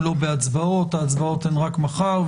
ההצבעות הן רק מחר,